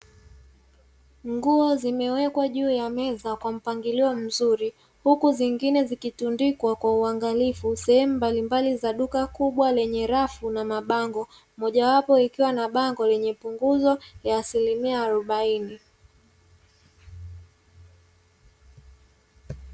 Nguo zimewekwa Juu ya Meza kwa mpangilio mzuri, Huku zingine zikitundikwa kwa uangalifu sehemu mbalimbali za duka kubwa lenye rafu na mabango, Mojawapo ikiwa na bango lenye punguzo ya asilimia arobaini.